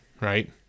right